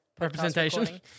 representation